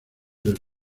del